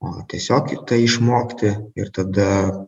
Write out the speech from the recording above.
o tiesiog ir tai išmokti ir tada